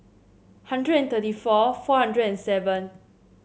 hundred and thirty four four hundred and seven